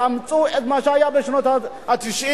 תאמצו את מה שהיה בשנות ה-90,